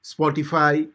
Spotify